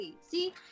see